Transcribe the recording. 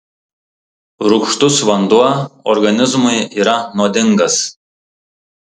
rūgštus vanduo organizmui yra nuodingas